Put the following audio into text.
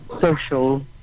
social